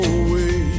away